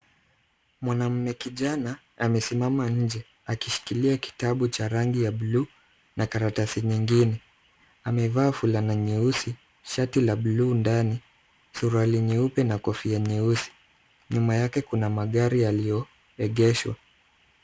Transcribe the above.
Mwanamume kijana amesimama nje akishikilia kitabu cha rangi ya blue na karatasi nyingine. Amevaa fulana nyeusi, shati la blue ndani, suruali nyeupe na kofia nyeusi. Nyuma yake kuna magari yaliyoegeshwa.